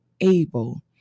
able